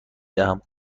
دهم